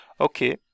okay